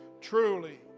Truly